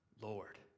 Lord